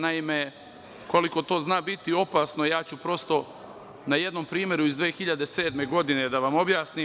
Naime, koliko to zna biti opasno, ja ću prosto na jednom primeru iz 2007. godine da vam objasnim.